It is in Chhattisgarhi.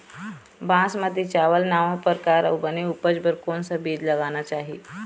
बासमती चावल नावा परकार अऊ बने उपज बर कोन सा बीज ला लगाना चाही?